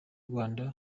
rwanda